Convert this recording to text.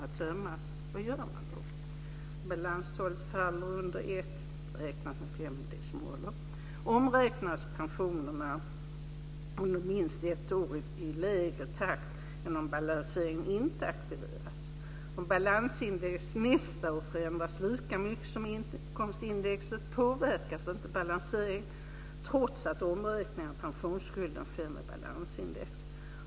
Vad gör man då? Om balanstalet faller under 1, beräknat med fyra decimaler, omräknas pensionerna under minst ett år i lägre takt än om balanseringen inte aktiverats. Om balansindex nästa år förändras lika mycket som inkomstindexet påverkas inte balanseringen trots att omräkningen av pensionsskulden sker med balansindex.